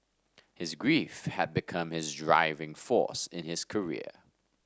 his grief had become his driving force in his career